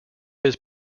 his